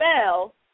spell